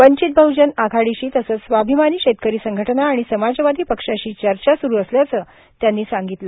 वंचित बह्जन आघाडीशी तसंच स्वाभिमानी शेतकरी संघटना आणि समाजवादी पक्षाशी चर्चा स्रु असल्याचं त्यांनी सांगितलं